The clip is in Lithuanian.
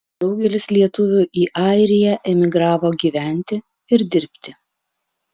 daugelis lietuvių į airiją emigravo gyventi ir dirbti